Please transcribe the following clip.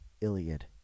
Iliad